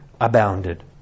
abounded